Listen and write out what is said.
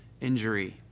injury